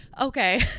Okay